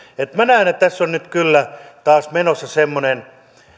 minä näen että tässä on nyt kyllä taas menossa semmoinen